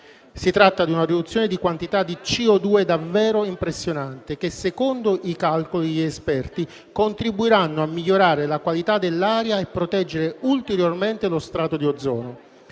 Si tratta di una riduzione di quantità di CO2 davvero impressionante che, secondo i calcoli degli esperti, contribuirà a migliorare la qualità dell'aria e a proteggere ulteriormente lo strato di ozono.